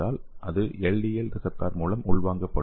L receptor மூலம் உள்வாங்கப்படும்